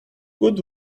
good